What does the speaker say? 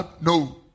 no